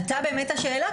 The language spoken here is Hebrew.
עלתה השאלה,